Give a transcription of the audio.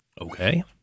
Okay